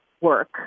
work